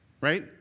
right